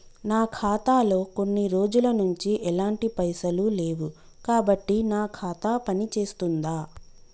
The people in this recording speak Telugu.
నా ఖాతా లో కొన్ని రోజుల నుంచి ఎలాంటి పైసలు లేవు కాబట్టి నా ఖాతా పని చేస్తుందా?